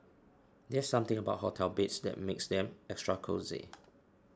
there's something about hotel beds that makes them extra cosy